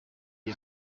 iyo